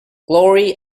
glory